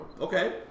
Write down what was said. Okay